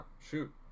shoot